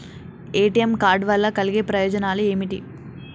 ATM card వల్ల కలిగే ప్రయోజనాలు ఏమిటి?